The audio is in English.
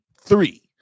three